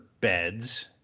beds